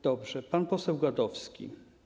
Dobrze, pan poseł Gadowski.